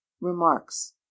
Remarks